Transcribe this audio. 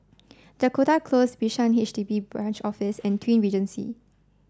Dakota Close Bishan H D B Branch Office and Twin Regency